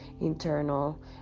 internal